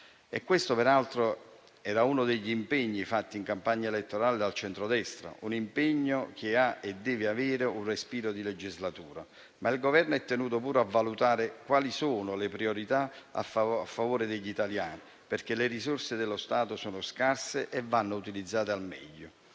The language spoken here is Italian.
questo era uno degli impegni formulati in campagna elettorale dal centrodestra, che ha e deve avere un respiro di legislatura. Tuttavia, il Governo è anche tenuto a valutare le priorità a favore degli italiani, perché le risorse dello Stato sono scarse e vanno utilizzate al meglio.